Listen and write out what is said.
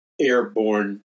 airborne